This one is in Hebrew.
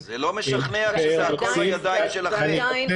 --- זה לא משכנע כי זה הכול בידיים שלכם.